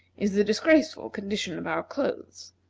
is the disgraceful condition of our clothes.